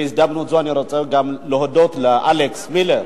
בהזדמנות זו אני רוצה גם להודות לאלכס מילר,